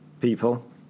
people